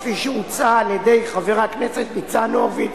כפי שהוצעה על-ידי חבר הכנסת ניצן הורוביץ,